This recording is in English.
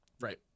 Right